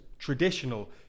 traditional